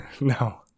No